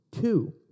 Two-